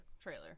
trailer